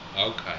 Okay